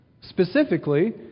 Specifically